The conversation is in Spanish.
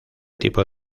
tipo